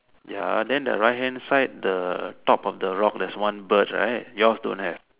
ya then the right hand side the top of the rock got one bird right yours don't have